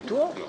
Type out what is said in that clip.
בטוח?